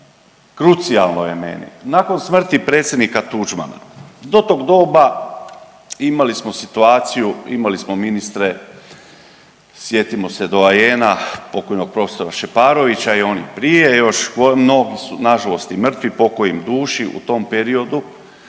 Krucijalno je meni, nakon smrti predsjednika Tuđmana do tog doba imali smo situaciju, imali smo ministre sjetimo se doajena pokojnog profesora Šeparovića i onih prije još, mnogi su nažalost i mrtvi, pokoj im duši u tom periodu.